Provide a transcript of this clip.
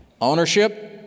ownership